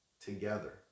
together